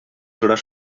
gros